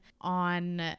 on